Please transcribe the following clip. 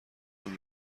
اون